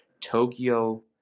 Tokyo